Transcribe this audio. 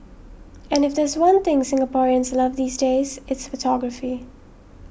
and if there's one thing Singaporeans love these days it's photography